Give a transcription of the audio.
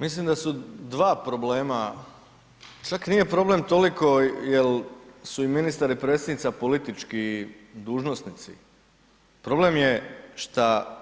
Mislim da su dva problema, čak nije problem toliko jer su i ministar i predsjednica politički dužnosnici, problem je šta